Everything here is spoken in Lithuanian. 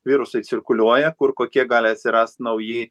virusai cirkuliuoja kur kokie gali atsirast nauji